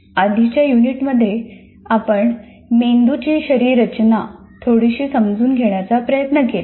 आधीच्या युनिटमध्ये आपण मेंदूची शरीररचना थोडिशी समजून घेण्याचा प्रयत्न केला